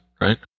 right